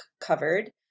covered